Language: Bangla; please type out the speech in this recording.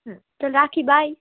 হুম চল রাখি বাই